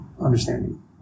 understanding